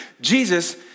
Jesus